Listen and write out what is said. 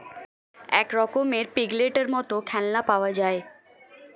এক রকমের পিগলেটের মত খেলনা পাওয়া যায়